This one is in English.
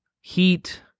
heat